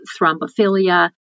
thrombophilia